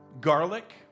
garlic